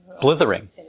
blithering